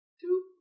Two